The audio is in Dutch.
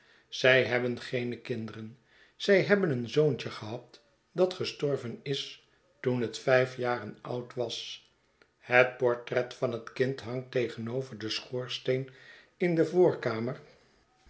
zij hebben geene kinderen zij hebben een zoontje gehad dat gestorven is to en het vijf jaren oud was het portret van het kind hangt tegenover den schoorsteen in de voorkamer